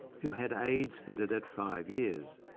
who had aids fitted at five years.